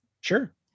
Sure